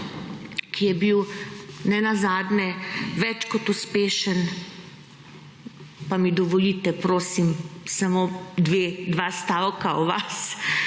ki je bil nenazadnje več kot uspešen, pa mi dovolite prosim samo dva stavka o vas.